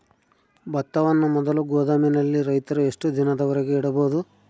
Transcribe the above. ಭತ್ತವನ್ನು ಮೊದಲು ಗೋದಾಮಿನಲ್ಲಿ ರೈತರು ಎಷ್ಟು ದಿನದವರೆಗೆ ಇಡಬಹುದು?